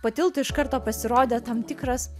po tiltu iš karto pasirodė tam tikras